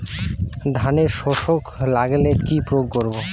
ধানের শোষক লাগলে কি প্রয়োগ করব?